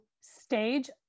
stage